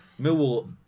Millwall